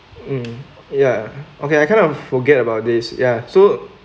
mm ya okay I kind of forget about this ya so